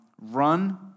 run